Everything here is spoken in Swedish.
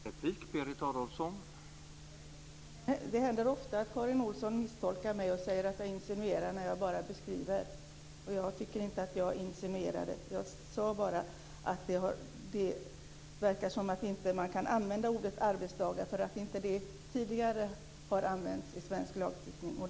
Herr talman! Jag är ledsen, men det händer ofta att Karin Olsson misstolkar mig och säger att jag insinuerar när jag bara beskriver. Jag tycker inte att jag insinuerade. Jag sade bara att det verkar som om man inte kan använda ordet arbetsdagar därför att det tidigare inte har använts i svensk lagstiftning.